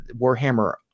Warhammer